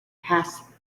pass